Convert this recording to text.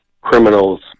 criminals